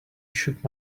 shook